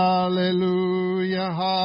Hallelujah